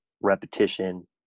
repetition